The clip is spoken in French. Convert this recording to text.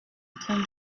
train